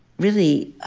really,